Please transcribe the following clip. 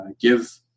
give